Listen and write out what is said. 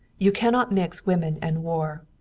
you cannot mix women and war.